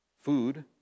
food